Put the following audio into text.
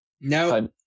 No